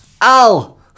Al